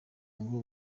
ngo